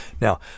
now